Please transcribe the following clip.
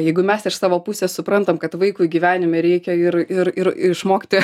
jeigu mes iš savo pusės suprantam kad vaikui gyvenime reikia ir ir ir išmokti